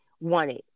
wanted